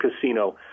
casino